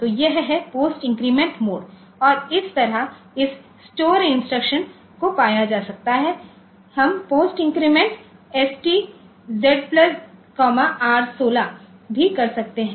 तो यह है पोस्ट इन्क्रीमेंट मोड और इस तरह हम स्टोर इंस्ट्रक्शन पा सकते है हम post increment ST Z plus R 16ST ZR16 भी कर सकते हैं